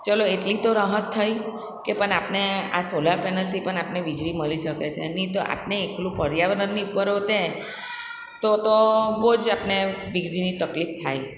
ચલો એટલી તો રાહત થઈ કે પણ આપણે આ સોલાર પેનલથી પણ આપણે વીજળી મળી શકે છે નહીં તો આપને એકલું પર્યાવરણ નહીં પરવડે તો તો બહુ જ આપને વીજળીની તકલીફ થાય